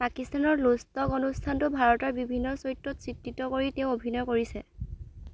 পাকিস্তানৰ loose talk অনুষ্ঠানটো ভাৰতৰ বিভিন্ন চৰিত্ৰক চিত্ৰিত কৰি তেওঁ অভিনয় কৰিছে